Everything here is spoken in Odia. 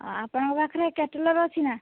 ଆପଣଙ୍କ ପାଖରେ କ୍ୟାଟଲଗ୍ ଅଛି ନା